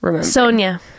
sonia